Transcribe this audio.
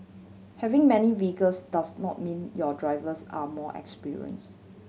having many vehicles does not mean your drivers are more experience